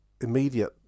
immediate